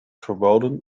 verboden